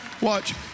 watch